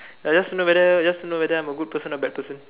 ya just to know whether just to know whether I'm a good person or bad person